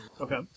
Okay